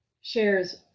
shares